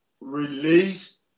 released